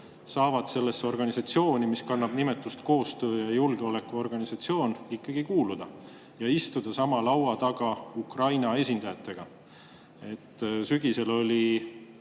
saavad kuuluda organisatsiooni, mis kannab nimetust koostöö‑ ja julgeolekuorganisatsioon. Kas nad saavad istuda sama laua taga Ukraina esindajatega? Sügisel oli